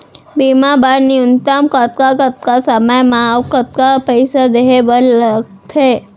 बीमा बर न्यूनतम कतका कतका समय मा अऊ कतका पइसा देहे बर लगथे